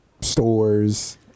stores